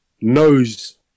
knows